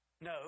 No